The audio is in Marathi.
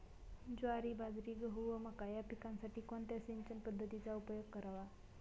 ज्वारी, बाजरी, गहू व मका या पिकांसाठी कोणत्या सिंचन पद्धतीचा उपयोग करावा?